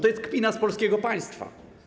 To jest kpina z polskiego państwa.